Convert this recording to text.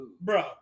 bro